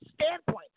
standpoint